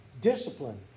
discipline